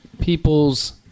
people's